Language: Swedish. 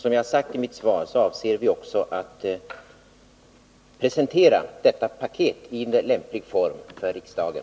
Som jag sagt i mitt svar avser vi att i lämplig form presentera detta paket för riksdagen.